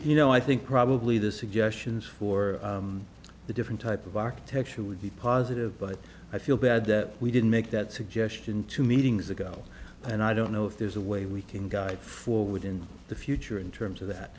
you know i think probably the suggestions for the different type of architecture would be positive but i feel bad that we didn't make that suggestion to meetings ago and i don't know if there's a way we can guide forward in the future in terms of that